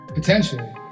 potentially